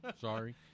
Sorry